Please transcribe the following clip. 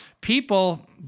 People